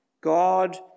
God